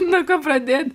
nuo ko pradėt